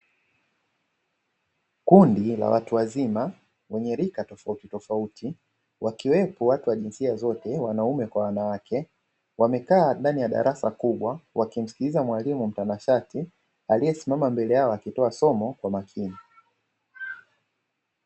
Kundi la watu wazima wenye rika tofautitofauti wakiwepo watu wa jinsia zote wanaume kwa wanawake, wamekaa ndani ya darasa kubwa wakimsikiliza mwalimu mtanashati aliyesimama mbele yao akitoa somo kwa makini.